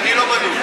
אני לא בלופ.